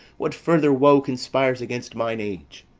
what further woe conspires against mine age?